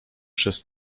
przez